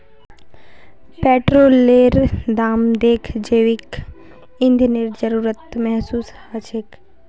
पेट्रोलेर दाम दखे जैविक ईंधनेर जरूरत महसूस ह छेक